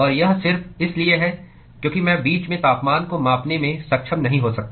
और यह सिर्फ इसलिए है क्योंकि मैं बीच में तापमान को मापने में सक्षम नहीं हो सकता